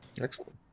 Excellent